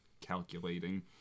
calculating